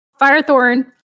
Firethorn